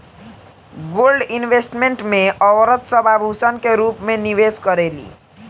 gold investment में औरत सब आभूषण के रूप में निवेश करेली